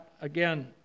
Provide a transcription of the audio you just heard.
Again